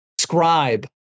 Scribe